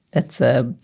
that's a.